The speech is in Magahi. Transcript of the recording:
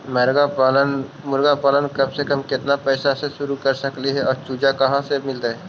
मरगा पालन कम से कम केतना पैसा में शुरू कर सकली हे और चुजा कहा से मिलतै?